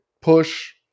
push